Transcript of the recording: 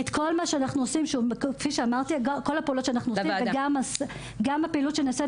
את כל הפעולות שאנחנו עושים וגם הפעילות שנעשית